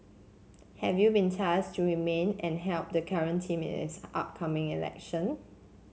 have you been tasked to remain and help the current team in its upcoming election